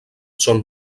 són